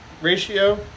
ratio